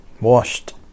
Washed